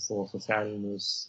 savo socialinius